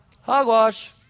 Hogwash